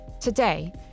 Today